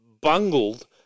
bungled